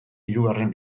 hirugarren